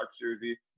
jersey